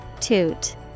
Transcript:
Toot